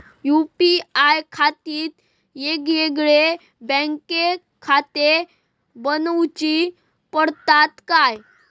UPI खातीर येगयेगळे बँकखाते बनऊची पडतात काय?